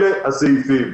אלה הסעיפים.